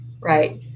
right